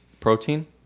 protein